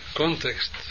context